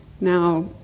now